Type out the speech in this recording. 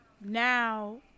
Now